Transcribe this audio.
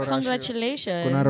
Congratulations